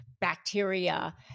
Bacteria